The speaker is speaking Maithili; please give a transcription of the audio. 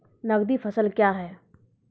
नगदी फसल क्या हैं?